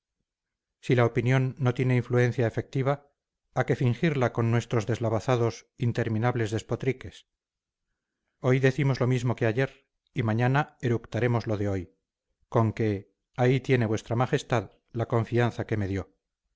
si la opinión no tiene influencia efectiva a qué fingirla con nuestros deslavazados interminables despotriques hoy decimos lo mismo que ayer y mañana eructaremos lo de hoy con que ahí tiene vuestra majestad la confianza que me dio